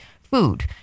food